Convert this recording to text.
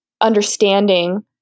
understanding